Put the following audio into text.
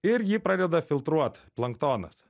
ir jį pradeda filtruot planktonas